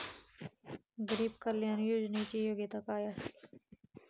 गरीब कल्याण योजनेची योग्यता काय आहे?